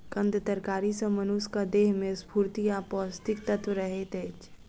कंद तरकारी सॅ मनुषक देह में स्फूर्ति आ पौष्टिक तत्व रहैत अछि